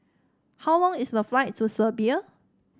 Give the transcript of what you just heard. how long is the flight to Serbia